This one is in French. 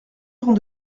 temps